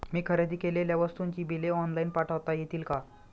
मी खरेदी केलेल्या वस्तूंची बिले ऑनलाइन पाठवता येतील का?